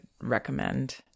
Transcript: recommend